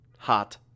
Hot